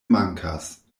mankas